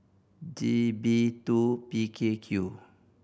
G B two P K Q